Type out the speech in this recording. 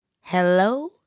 Hello